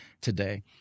today